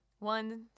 One